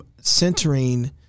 Centering